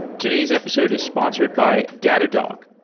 today's episode is sponsored by datadog,